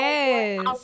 Yes